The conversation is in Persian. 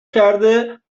کرده